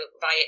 via